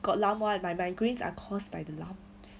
got lump [one] my migraines are caused by the lumps